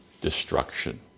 destruction